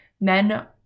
men